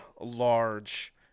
large